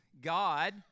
God